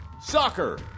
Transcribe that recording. Soccer